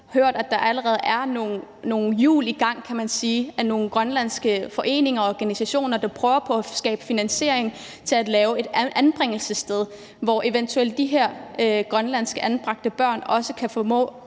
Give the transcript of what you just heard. hørt, at der allerede er nogle hjul i gang, kan man sige. Der er nogle grønlandske foreninger og organisationer, der prøver at skabe finansiering til at lave et anbringelsessted, hvor de her grønlandske anbragte børn eventuelt kan komme